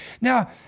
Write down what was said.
Now